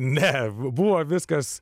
meru buvo viskas